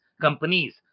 companies